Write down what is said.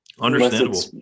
Understandable